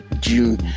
June